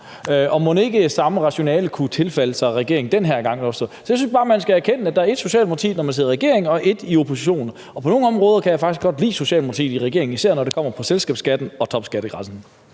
og mon ikke samme rationale kunne tilfalde regeringen den her gang? Jeg synes bare, man skal erkende, at der ét Socialdemokrati, når man sidder i regering, og et andet, når man er i opposition. På nogle områder kan jeg faktisk godt lide Socialdemokratiet i regering, især når det kommer til selskabsskatten og topskattegrænsen.